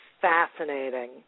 Fascinating